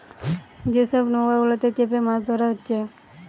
যে সব নৌকা গুলাতে চেপে মাছ ধোরা হচ্ছে